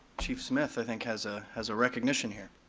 chief smith i think has ah has a recognition here.